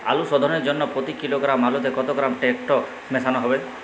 আলু শোধনের জন্য প্রতি কিলোগ্রাম আলুতে কত গ্রাম টেকটো মেশাতে হবে?